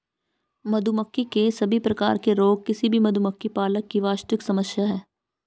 मधुमक्खी के सभी प्रकार के रोग किसी भी मधुमक्खी पालक की वास्तविक समस्या है